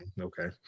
Okay